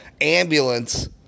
ambulance